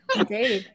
Indeed